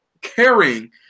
caring